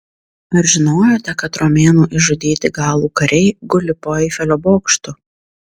ar žinojote kad romėnų išžudyti galų kariai guli po eifelio bokštu